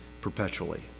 perpetually